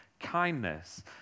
kindness